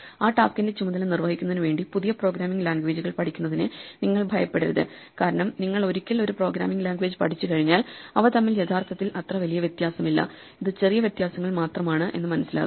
ആ ടാസ്കിന്റെ ചുമതല നിർവഹിക്കുന്നതിന് വേണ്ടി പുതിയ പ്രോഗ്രാമിംഗ് ലാംഗ്വേജുകൾ പഠിക്കുന്നതിനെ നിങ്ങൾ ഭയപ്പെടരുത് കാരണം നിങ്ങൾ ഒരിക്കൽ ഒരു പ്രോഗ്രാമിംഗ് ലാംഗ്വേജ് പഠിച്ചുകഴിഞ്ഞാൽ അവ തമ്മിൽ യഥാർത്ഥത്തിൽ അത്ര വലിയ വ്യത്യാസമില്ല ഇത് ചെറിയ വ്യത്യാസങ്ങൾ മാത്രമാണ് എന്ന് മനസിലാകും